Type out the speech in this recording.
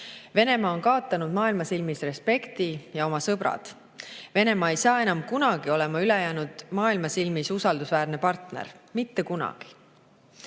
Venemaa on kaotanud maailma silmis respekti ja oma sõbrad. Venemaa ei saa enam kunagi olema ülejäänud maailma silmis usaldusväärne partner. Mitte kunagi! Eesti